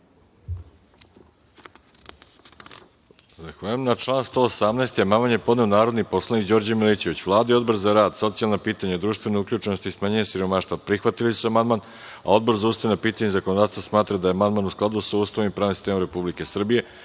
Arsić** Na član 118. amandman je podneo narodni poslanik Đorđe Milićević. Vlada i Odbor za rad, socijalna pitanja, društvenu uključenost i smanjenje siromaštva prihvatili su amandman, a Odbor za ustavna pitanja i zakonodavstvo smatra da je amandman u skladu sa Ustavom i pravnim sistemom Republike